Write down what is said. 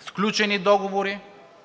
сключени договори,